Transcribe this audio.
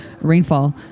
rainfall